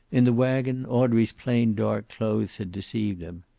in the wagon audrey's plain dark clothes had deceived him.